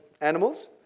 animals